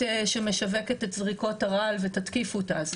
שמשווקת את זריקות הרעל ותתקיפו אותה.